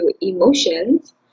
emotions